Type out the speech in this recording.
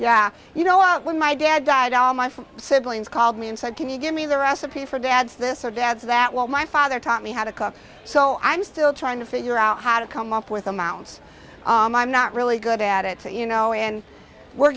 yeah you know when my dad died all my from siblings called me and said can you give me the recipe for dad's this or dad's that well my father taught me how to cook so i'm still trying to figure out how to come up with amounts i'm not really good at it you know and we're